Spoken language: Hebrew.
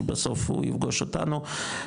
כי בסוף הוא יפגוש אותנו.